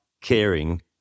caring